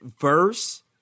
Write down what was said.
verse